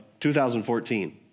2014